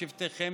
שבטיכם,